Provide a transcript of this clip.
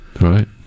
Right